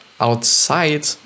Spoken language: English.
outside